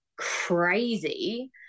crazy